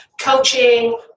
coaching